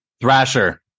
Thrasher